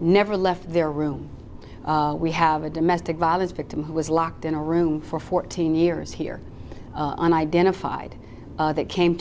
never left their room we have a domestic violence victim who was locked in a room for fourteen years here and identified that came